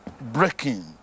breaking